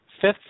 Fifth